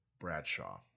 Bradshaw